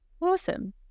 Awesome